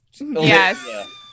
Yes